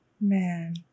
Man